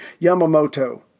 Yamamoto